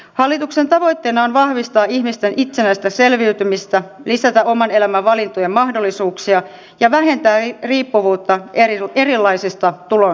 hallituksen tavoitteena on vahvistaa ihmisten itsenäistä selviytymistä lisätä oman elämän valintojen mahdollisuuksia ja vähentää riippuvuutta erilaisista tulonsiirroista